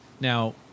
Now